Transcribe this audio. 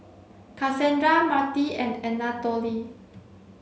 Cassandra Marti and Anatole